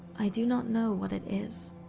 i do not know what it is,